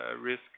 risk